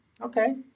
okay